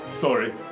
Sorry